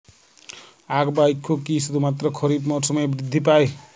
আখ বা ইক্ষু কি শুধুমাত্র খারিফ মরসুমেই বৃদ্ধি পায়?